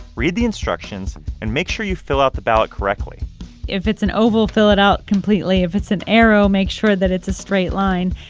read the instructions, and make sure you fill out the ballot correctly if it's an oval, fill it out completely. if it's an arrow, make sure that it's a straight line.